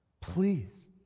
Please